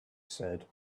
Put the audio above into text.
said